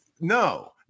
No